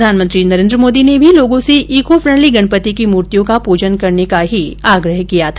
प्रधानमंत्री नरेन्द्र मोदी ने भी लोगों से ईको फ्रेंडली गणपति की मूर्तियों का पूजन करने का आग्रह किया था